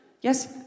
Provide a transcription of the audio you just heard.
Yes